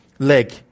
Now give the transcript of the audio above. Leg